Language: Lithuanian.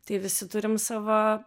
tai visi turim savo